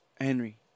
Henry